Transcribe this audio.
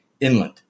inland